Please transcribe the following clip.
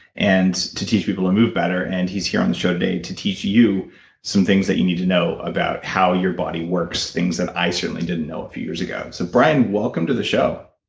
and to teach people to move better, and he's here on the show today to teach you some things that you need to know about how your body works, things that i certainly didn't know a few years ago so brian, welcome to the show